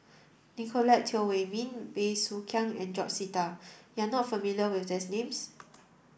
Nicolette Teo Wei min Bey Soo Khiang and George Sita you are not familiar with these names